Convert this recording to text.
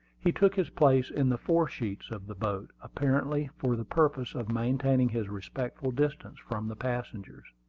he took his place in the fore-sheets of the boat, apparently for the purpose of maintaining his respectful distance from the passengers.